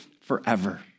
forever